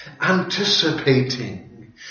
Anticipating